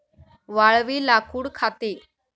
वाळवी लाकूड खाते